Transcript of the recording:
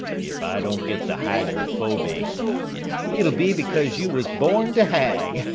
if i don't get the hydrophoby it'll be because you was born to hang,